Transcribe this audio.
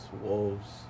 Wolves